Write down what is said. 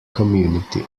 community